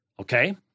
Okay